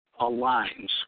aligns